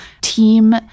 team